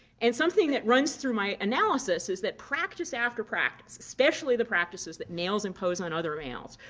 and something that runs through my analysis is that practice after practice, especially the practices that males impose on other males,